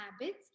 habits